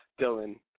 Dylan